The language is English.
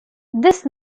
this